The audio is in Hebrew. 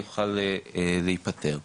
יוכל להיפתר.